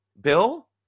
Bill